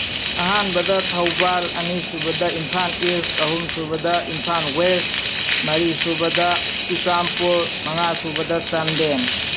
ꯑꯍꯥꯟꯕꯗ ꯊꯧꯕꯥꯜ ꯑꯅꯤꯁꯨꯕꯗ ꯏꯝꯐꯥꯜ ꯏꯁ ꯑꯍꯨꯝ ꯁꯨꯕꯗ ꯏꯝꯐꯥꯜ ꯋꯦꯁ ꯃꯔꯤ ꯁꯨꯕ ꯆꯨꯔꯥꯆꯥꯟꯟꯄꯨꯔ ꯃꯪꯉꯥ ꯁꯨꯕꯗ ꯆꯥꯟꯗꯦꯜ